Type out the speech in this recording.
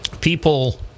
people